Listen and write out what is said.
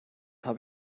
habe